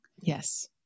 Yes